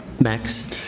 Max